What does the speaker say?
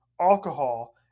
alcohol